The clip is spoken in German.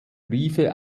briefe